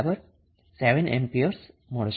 5 7A મળશે